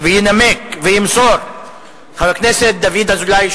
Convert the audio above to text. וינמק וימסור חבר הכנסת דוד אזולאי,